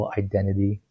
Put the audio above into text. identity